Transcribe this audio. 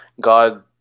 God